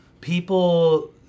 people